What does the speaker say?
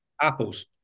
apples